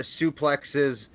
suplexes